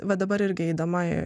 va dabar irgi eidama